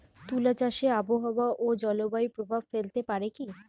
তুলা চাষে আবহাওয়া ও জলবায়ু প্রভাব ফেলতে পারে কি?